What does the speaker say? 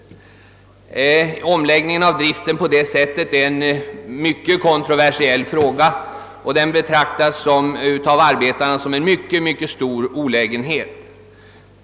Omläggningen av driften på detta sätt är en mycket kontroversiell fråga och den betraktas av arbetarna som en mycket stor olägenhet.